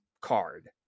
card